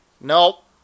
Nope